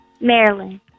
Maryland